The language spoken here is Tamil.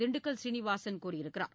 திண்டுக்கல் சீனிவாசன் கூறியிருக்கிறார்